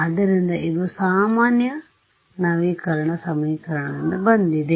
ಆದ್ದರಿಂದ ಇದು ಸಾಮಾನ್ಯ ನವೀಕರಣ ಸಮೀಕರಣಗಳಿಂದ ಬಂದಿದೆ